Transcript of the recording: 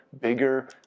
bigger